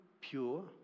pure